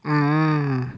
mm